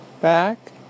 back